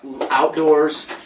outdoors